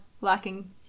lacking